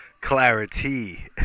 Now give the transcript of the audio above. Clarity